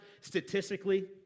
statistically